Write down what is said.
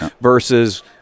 versus